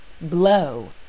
Blow